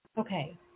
Okay